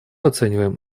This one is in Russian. оцениваем